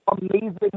amazing